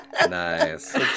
Nice